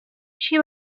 she